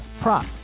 prop